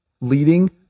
leading